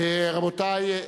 רבותי,